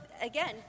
again